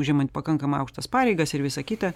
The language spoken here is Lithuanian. užimant pakankamai aukštas pareigas ir visa kita